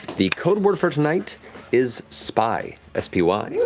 the codeword for tonight is spy. s p y.